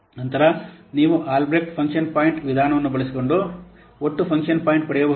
ನಂತರ ನೀವು Albrecht function point ವಿಧಾನವನ್ನು ಬಳಸಿಕೊಂಡು ಒಟ್ಟು ಫಂಕ್ಷನ್ ಪಾಯಿಂಟ್ ಪಡೆಯಬಹುದು